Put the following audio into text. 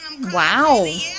Wow